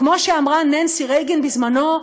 כמו שאמרה ננסי רייגן בזמנו,